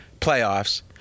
playoffs